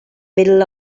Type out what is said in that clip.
middle